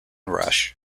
rush